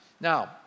Now